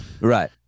right